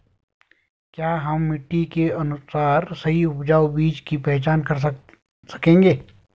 क्या हम मिट्टी के अनुसार सही उपजाऊ बीज की पहचान कर सकेंगे?